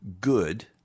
good